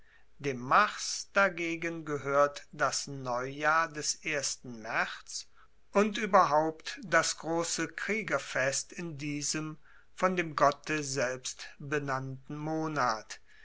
dem mars dagegen gehoert das neujahr des ersten ma und ueberhaupt das grosse kriegerfest in diesem von dem gotte selbst benannten monat